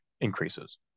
increases